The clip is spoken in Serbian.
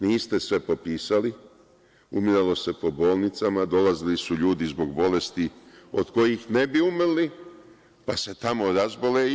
Niste se popisali, umiralo se po bolnicama, dolazili su ljudi zbog bolesti od kojih ne bi umrli, pa se tamo razbole i umru.